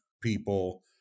people